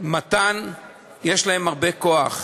יש להם הרבה כוח.